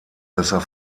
besser